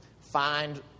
find